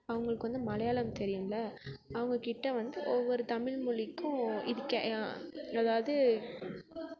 அவங்களுக்கு வந்து மலையாளம் தெரியும்ல அவங்ககிட்ட வந்து ஒவ்வொரு தமிழ் மொழிக்கும் இதுக்கே அதாவது